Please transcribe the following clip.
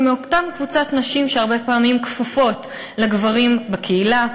ומאותה קבוצת נשים שהרבה פעמים כפופות לגברים בקהילה,